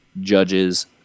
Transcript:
judges